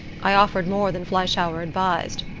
i offered more than fleischhauer advised.